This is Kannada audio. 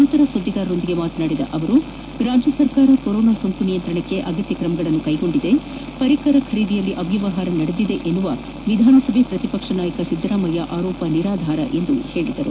ನಂತರ ಸುದ್ದಿಗಾರರೊಂದಿಗೆ ಮಾತನಾಡಿದ ಅವರು ರಾಜ್ಯ ಸರ್ಕಾರ ಕೊರೋನಾ ಸೋಂಕು ನಿಯಂತ್ರಣಕ್ಕೆ ಅಗತ್ಯ ಕ್ರಮಗಳನ್ನು ಕೈಗೊಂಡಿದ್ದು ಪರಿಕರಗಳ ಖರೀದಿಯಲ್ಲಿ ಅವ್ಯವಹಾರ ನಡೆದಿದೆ ಎಂಬ ವಿಧಾನಸಭೆಯ ಪ್ರತಿಪಕ್ಷದ ನಾಯಕ ಸಿದ್ದರಾಮಯ್ಯ ಆರೋಪ ನಿರಾಧಾರ ಎಂದು ತಿಳಿಸಿದರು